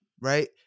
right